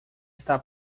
está